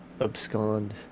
abscond